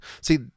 See